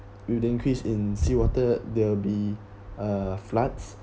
with the increase in seawater there will be uh floods